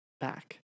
back